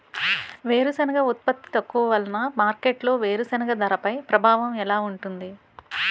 వేరుసెనగ ఉత్పత్తి తక్కువ వలన మార్కెట్లో వేరుసెనగ ధరపై ప్రభావం ఎలా ఉంటుంది?